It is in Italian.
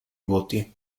voti